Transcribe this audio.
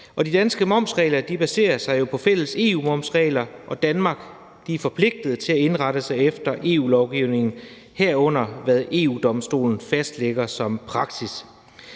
De danske momsregler baserer sig jo på fælles EU-momsregler, og Danmark er forpligtet til at indrette sig efter EU-lovgivningen, herunder hvad EU-Domstolen fastlægger som praksis.